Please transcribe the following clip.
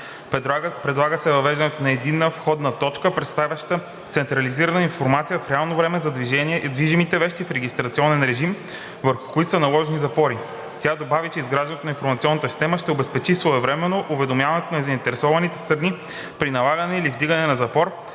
Предлага се въвеждането на единна входна точка, предоставяща централизирана информация в реално време за движимите вещи с регистрационен режим, върху които са наложени запори. Тя добави, че изграждането на информационната система ще обезпечи своевременното уведомяване на заинтересованите страни при налагане или вдигане на запор,